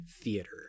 theater